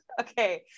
Okay